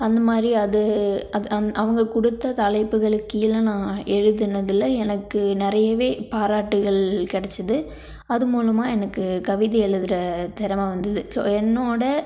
அந்த மாதிரி அது அது அந் அவங்க கொடுத்த தலைப்புகளுக்கு கீழே நான் எழுதினதுல எனக்கு நிறையவே பாராட்டுகள் கிடச்சிது அது மூலமாக எனக்கு கவிதை எழுதுகிற திறமை வந்தது ஸோ என்னோடய